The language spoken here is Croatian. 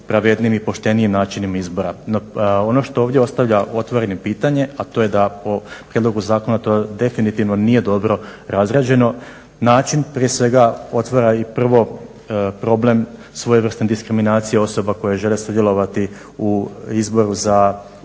pravednijim i poštenijim načinima izbora. No ono što ovdje ostavlja otvorenim pitanje a to je da po prijedlogu zakona to definitivno nije dobro razrađeno, način prije svega otvara i prvo problem svojevrsne diskriminacije osoba koje žele sudjelovati u izboru za predsjednika